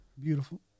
Beautiful